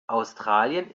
australien